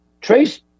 Trace